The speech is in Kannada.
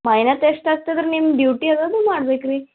ಮೈನತ್ ಎಷ್ಟು ಆಗ್ತದೆ ರೀ ನಿಮ್ಮ ಡ್ಯೂಟಿ ಅದು ನೀವು ಮಾಡ್ಬೇಕು ರೀ